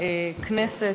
חברי הכנסת,